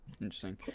Interesting